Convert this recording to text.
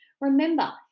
Remember